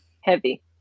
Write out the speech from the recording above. heavy